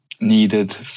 needed